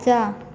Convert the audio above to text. जा